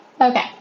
Okay